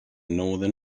northern